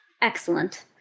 Excellent